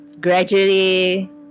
gradually